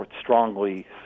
strongly